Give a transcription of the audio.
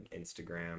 instagram